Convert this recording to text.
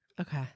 Okay